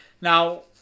Now